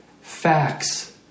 facts